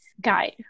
guide